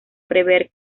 prever